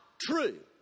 true